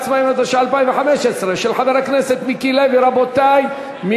אחרונת הדוברים תהיה חברת הכנסת רוזין ממרצ,